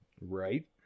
Right